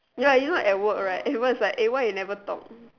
ya you know at work right everyone is like eh why you never talk